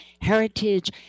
heritage